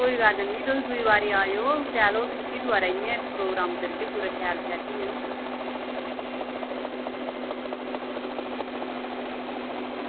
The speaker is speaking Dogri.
कोई गल्ल निं तुस दूई बारी आए ओ होटल इ'यां प्रोग्राम करगे शैल बैठियै